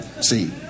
See